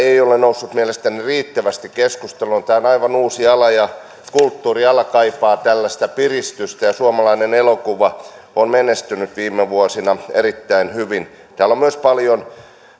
ei ole noussut mielestäni riittävästi keskusteluun tämä on aivan uusi ja kulttuuriala kaipaa tällaista piristystä ja suomalainen elokuva on menestynyt viime vuosina erittäin hyvin täällä on myös paljon